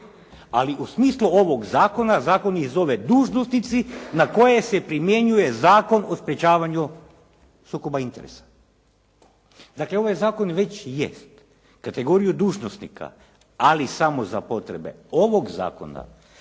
Ali u smislu ovog zakona, zakon ih zove dužnosnici na koje se primjenjuje Zakon o sprječavanju sukoba interesa. Dakle ovaj zakon već jest kategoriju dužnosnika, ali samo za potrebe ovog zakona,